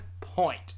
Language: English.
point